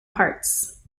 parts